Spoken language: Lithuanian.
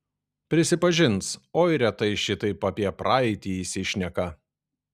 prisipažins oi retai šitaip apie praeitį įsišneka